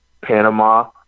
Panama